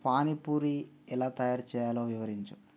పానీపూరి ఎలా తయారుచేయాలో వివరించు